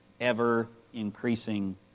ever-increasing